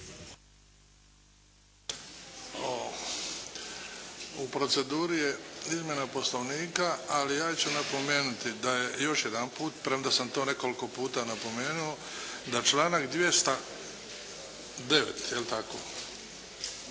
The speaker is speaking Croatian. U proceduri je izmjena Poslovnika, ali ja ću napomenuti da je, još jedanput, premda sam to nekoliko puta napomenuo da članak 209. jel tako,